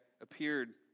appeared